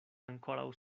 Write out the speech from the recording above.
ankoraŭ